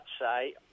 say